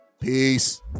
Peace